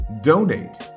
donate